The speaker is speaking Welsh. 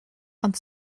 ond